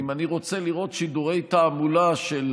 אם אני רוצה לראות שידורי תעמולה של